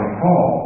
call